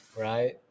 right